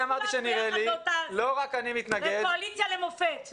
קואליציה למופת.